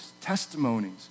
testimonies